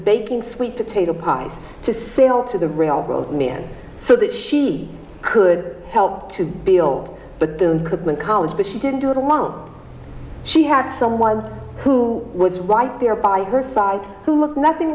baking sweet potato pies to sail to the real world men so that she could help to build but the incumbent college but she didn't do it alone she had someone who was right there by her side who looked nothing